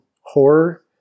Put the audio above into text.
horror